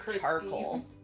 charcoal